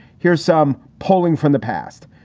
here's some polling from the past.